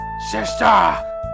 Sister